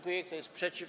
Kto jest przeciw?